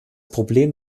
problem